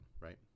right